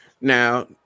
Now